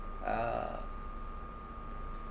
uh